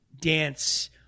dance